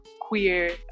queer